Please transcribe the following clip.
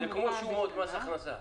זה כמו שומות במס הכנסה.